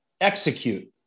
execute